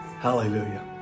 Hallelujah